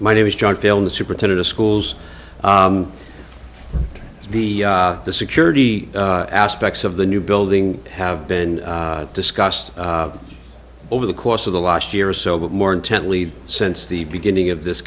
my name is john failed the superintendent of schools the the security aspects of the new building have been discussed over the course of the last year or so but more intently since the beginning of this